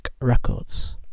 Records